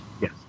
Yes